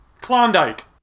Klondike